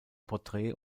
porträt